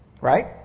Right